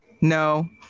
No